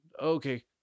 Okay